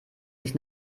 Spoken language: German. sich